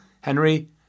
Henry